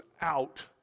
out